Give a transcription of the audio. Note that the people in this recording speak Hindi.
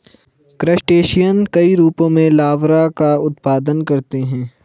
क्रस्टेशियन कई रूपों में लार्वा का उत्पादन करते हैं